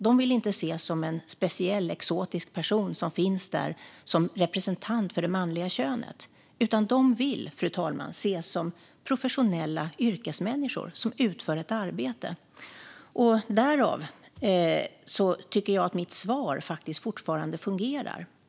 De vill inte ses som speciella, exotiska personer som finns där som representanter för det manliga könet. De vill, fru talman, ses som professionella yrkesmänniskor som utför ett arbete. Därav tycker jag att mitt svar faktiskt fortfarande fungerar.